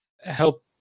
help